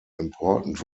important